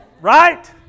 Right